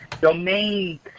domain